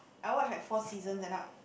I watch like four seasons and not